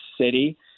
city